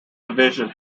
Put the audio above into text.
division